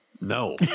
no